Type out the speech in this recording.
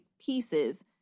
pieces